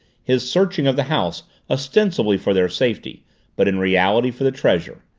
his searching of the house ostensibly for their safety but in reality for the treasure,